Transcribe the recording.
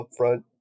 upfront